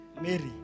Mary